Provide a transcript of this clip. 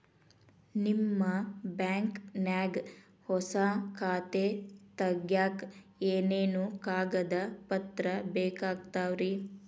ನಿಮ್ಮ ಬ್ಯಾಂಕ್ ನ್ಯಾಗ್ ಹೊಸಾ ಖಾತೆ ತಗ್ಯಾಕ್ ಏನೇನು ಕಾಗದ ಪತ್ರ ಬೇಕಾಗ್ತಾವ್ರಿ?